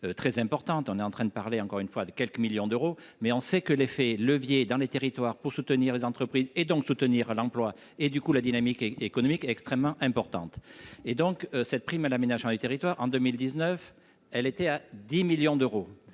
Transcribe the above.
Très importante, on est en train de parler encore une fois, de quelques millions d'euros, mais on sait que l'effet levier dans les territoires pour soutenir les entreprises et donc soutenir l'emploi et du coup la dynamique économique extrêmement importante et donc cette prime à l'aménagement du territoire en 2019, elle était à 10 millions d'euros